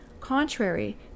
Contrary